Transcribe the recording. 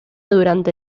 durante